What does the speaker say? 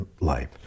life